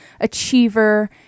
achiever